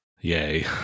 Yay